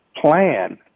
plan